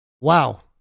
wow